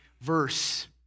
verse